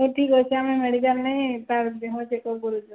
ହଁ ଠିକ ଅଛି ଆମେ ମେଡିକାଲ ନେଇ ତା ଦେହ ଚେକଅପ୍ କରୁଛୁ